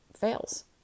fails